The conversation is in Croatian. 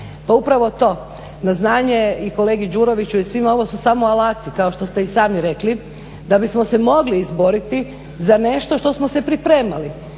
Pa upravo to na znanje i kolegi Đuroviću i svima ovo su samo alati, kao što ste i sami rekli, da bismo se mogli izboriti za nešto što smo se pripremali,